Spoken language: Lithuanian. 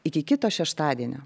iki kito šeštadienio